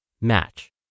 match